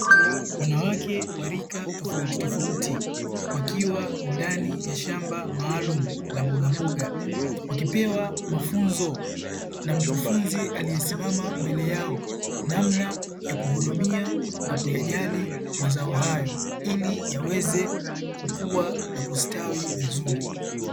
Wanawake wa rika tofauti tofauti, wakiwa ndani ya shamba maalumu la mbogamboga, wakipewa mafunzo na mkufunzi aliyesimama mbele yao, namna ya kuhudumia na kuyajali mazao hayo, ili yaweze kukua na kustawi vizuri.